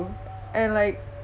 and like